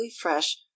fresh